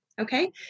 Okay